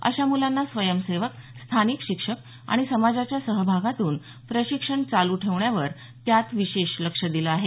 अशा मुलांना स्वयंसेवक स्थानिक शिक्षक आणि समाजाच्या सहभागातून प्रशिक्षण चालू ठेवण्यावर त्यात विशेष लक्ष दिलं आहे